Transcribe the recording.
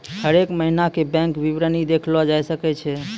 हरेक महिना के बैंक विबरण देखलो जाय सकै छै